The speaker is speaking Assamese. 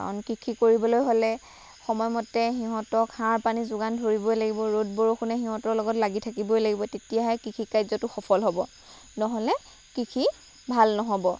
কাৰণ কৃষি কৰিবলৈ হ'লে সময়মতে সিহঁতক সাৰ পানী যোগান ধৰিবই লাগিব ৰ'দ বৰষুণে সিহঁতৰ লগত লাগি থাকিবই লাগিব তেতিয়াহে কৃষি কাৰ্যটো সফল হ'ব নহ'লে কৃষি ভাল নহ'ব